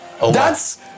That's-